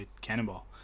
cannonball